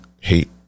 hate